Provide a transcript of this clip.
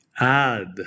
add